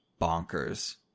bonkers